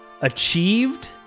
Achieved